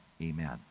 Amen